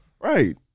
Right